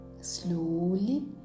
Slowly